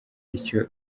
icyo